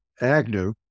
agnew